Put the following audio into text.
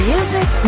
Music